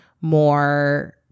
more